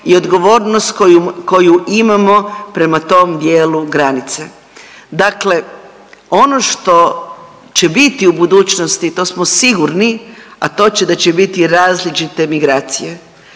i odgovornost koju imamo prema tom dijelu granice. Dakle, ono što će biti u budućnosti to smo sigurni a to će, da će biti različite migracije,